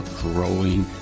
growing